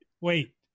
Wait